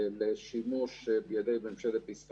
פה יש דוגמה אחת מתוך בלוג של בלוגרית סעודית,